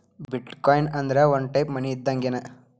ಬಿಟ್ coin ಅಂದ್ರ ಒಂದ type money ಇದ್ದಂಗ್ಗೆನ್